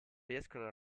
riescono